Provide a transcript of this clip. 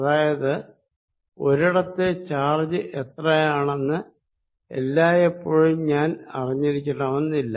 അതായത് ഒരിടത്തെ ചാർജ് എത്രയാണെന്ന് എല്ലായെപ്പോഴും ഞാൻ അറിഞ്ഞിരിക്കണമെന്നില്ല